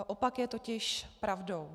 Opak je totiž pravdou.